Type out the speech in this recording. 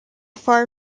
far